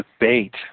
debate